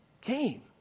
came